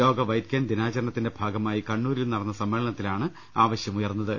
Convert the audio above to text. ലോക white cane ദിനാചരണത്തിന്റെ ഭാഗമായി കണ്ണൂരിൽ നടന്ന സമ്മേളനത്തിലാണ് ആവശ്യമു യർന്നത്